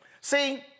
See